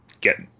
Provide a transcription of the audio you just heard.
get